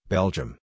Belgium